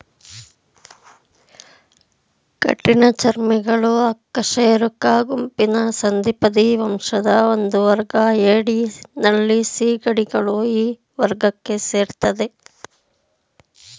ಕಠಿಣಚರ್ಮಿಗಳು ಅಕಶೇರುಕ ಗುಂಪಿನ ಸಂಧಿಪದಿ ವಂಶದ ಒಂದುವರ್ಗ ಏಡಿ ನಳ್ಳಿ ಸೀಗಡಿಗಳು ಈ ವರ್ಗಕ್ಕೆ ಸೇರ್ತದೆ